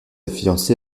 fiancée